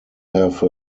have